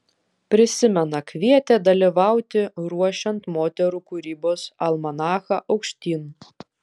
prisimena kvietė dalyvauti ruošiant moterų kūrybos almanachą aukštyn